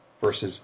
versus